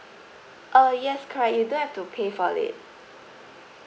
uh yes correct you don't have to pay for it